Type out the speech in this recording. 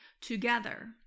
together